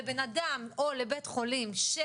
דרך קופות החולים.